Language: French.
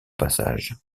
passage